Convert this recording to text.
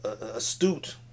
astute